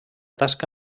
tasca